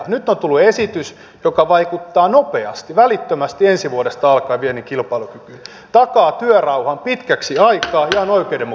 nyt on tullut esitys joka vaikuttaa nopeasti välittömästi ensi vuodesta alkaen viennin kilpailukykyyn takaa työrauhan pitkäksi aikaa ja on oikeudenmukaisempi